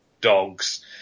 dogs